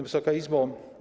Wysoka Izbo!